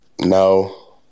no